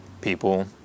people